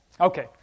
Okay